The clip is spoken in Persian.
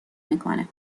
میکنه